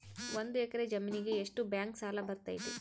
ಒಂದು ಎಕರೆ ಜಮೇನಿಗೆ ಎಷ್ಟು ಬ್ಯಾಂಕ್ ಸಾಲ ಬರ್ತೈತೆ?